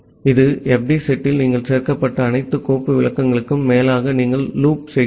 இந்த fd செட்டில் நீங்கள் சேர்க்கப்பட்ட அனைத்து கோப்பு விளக்கங்களுக்கும் மேலாக நீங்கள் லூப் செய்கிறீர்கள்